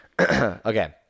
Okay